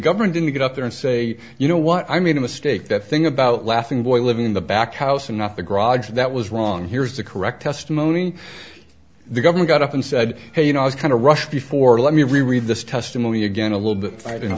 government didn't get up there and say you know what i mean a mistake that thing about laughing boy living in the back house and not the garage that was wrong here is the correct testimony the governor got up and said hey you know i was kind of rushed before let me read this testimony again a little bit fi